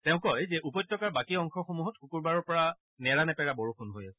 তেওঁ কয় যে উপত্যকাৰ বাকী অংশসমূহত শুকুৰবাৰৰ পৰা হৈ থকা নেৰানেপেৰা বৰষুণ হৈ আছে